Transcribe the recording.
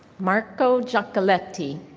marco giacoletti.